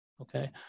okay